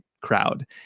crowd